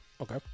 Okay